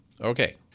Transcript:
Okay